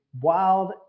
wild